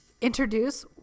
introduce